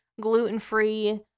gluten-free